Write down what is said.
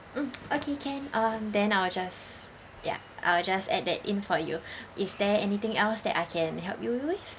mm okay can um then I'll just ya I'll just add that in for you is there anything else that I can help you with